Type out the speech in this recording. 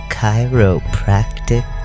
Chiropractic